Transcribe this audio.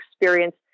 experience